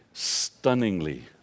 stunningly